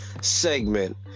segment